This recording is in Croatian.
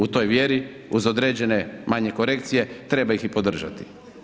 U toj vjeri uz određene manje korekcije treba ih i podržati.